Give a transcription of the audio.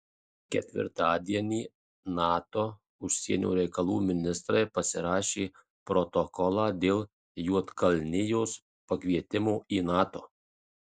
ketvirtadienį nato užsienio reikalų ministrai pasirašė protokolą dėl juodkalnijos pakvietimo į nato